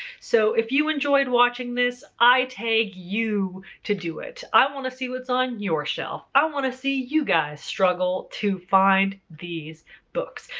so if you enjoyed watching this, i tag you to do it. i want to see what's on your shelf. i want to see you guys struggle to find these books.